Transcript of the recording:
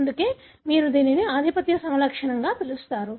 అందుకే మీరు దీనిని ఆధిపత్య సమలక్షణంగా పిలుస్తారు